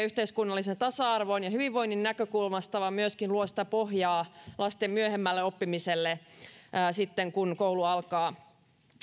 yhteiskunnallisen tasa arvon ja hyvinvoinnin näkökulmasta vaan se myöskin luo pohjaa lasten myöhemmälle oppimiselle sitten kun koulu alkaa